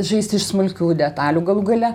žaisti iš smulkių detalių galų gale